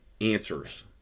answers